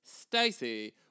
Stacy